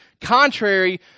contrary